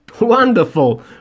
wonderful